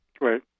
Right